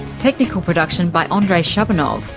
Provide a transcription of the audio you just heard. technical production by andrei shabunov,